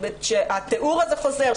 שהתיאור הזה חוזר,